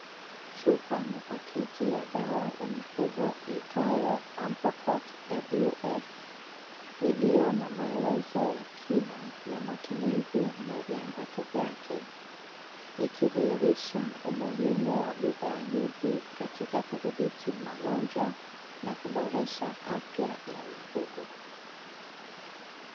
Chupa na pakiti ya dawa ya mifugo iitwayo Amprocox WS iliyo na maelezo ya kina ya matumizi na viambato vyake, ikidhihirisha umuhimu wa bidhaa hizi katika kudhibiti magonjwa na kuboresha afya ya mifugo.